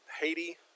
Haiti